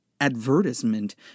advertisement